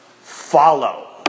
follow